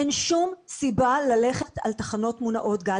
אין שום סיבה ללכת על תחנות מונעות גז.